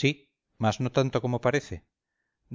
sí mas no tanto como parece